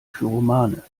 pyromane